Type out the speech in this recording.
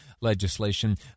legislation